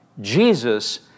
Jesus